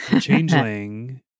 changeling